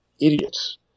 idiots